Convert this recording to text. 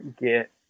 get